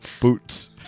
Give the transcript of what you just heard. boots